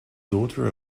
daughter